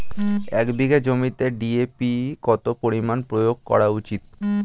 এক বিঘে জমিতে ডি.এ.পি কত পরিমাণ প্রয়োগ করা উচিৎ?